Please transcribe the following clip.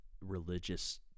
religious